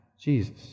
Jesus